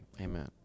Amen